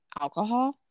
alcohol